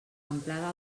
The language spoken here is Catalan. amplada